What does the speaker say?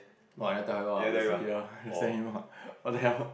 !wah! never tell him lah obviously ya just send him lah what the hell